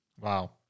Wow